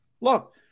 look